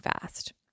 fast